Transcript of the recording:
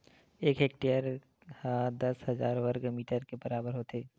एक हेक्टेअर हा दस हजार वर्ग मीटर के बराबर होथे